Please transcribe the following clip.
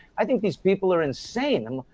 i think these people are insane.